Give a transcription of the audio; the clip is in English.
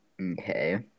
Okay